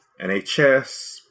NHS